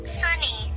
sunny